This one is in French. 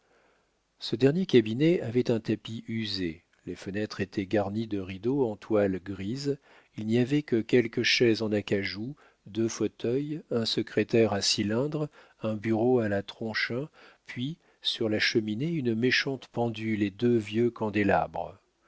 ce dernier cabinet avait un tapis usé les fenêtres étaient garnies de rideaux en toile grise il n'y avait que quelques chaises en acajou deux fauteuils un secrétaire à cylindre un bureau à la tronchin puis sur la cheminée une méchante pendule et deux vieux candélabres